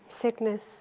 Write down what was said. sickness